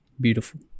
beautiful